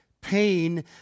pain